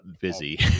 busy